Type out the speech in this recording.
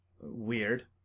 weird